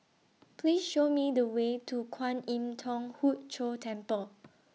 Please Show Me The Way to Kwan Im Thong Hood Cho Temple